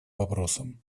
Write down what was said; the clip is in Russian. вопросам